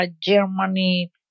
Germany